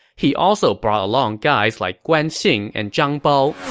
he also brought along guys like guan xing and zhang bao,